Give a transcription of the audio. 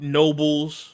nobles